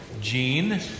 gene